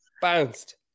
bounced